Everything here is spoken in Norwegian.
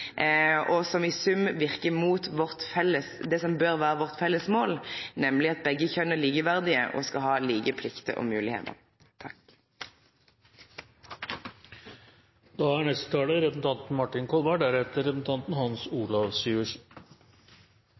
og som i sum verkar imot det som bør vere vårt felles mål – nemleg at begge kjønn er likeverdige og skal ha like plikter og moglegheiter. Det er